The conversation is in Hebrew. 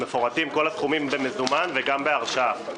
כל הסכומים מפורטים במזומן וגם בהרשאה.